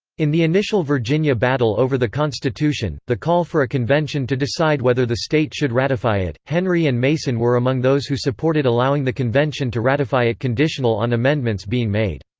in the initial initial virginia battle over the constitution, the call for a convention to decide whether the state should ratify it, henry and mason were among those who supported allowing the convention to ratify it conditional on amendments being made.